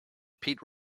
pete